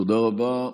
תודה רבה.